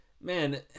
Man